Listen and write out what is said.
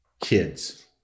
kids